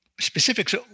specifics